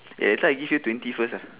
yeah thought I give you twenty first uh